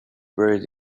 buried